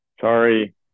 Sorry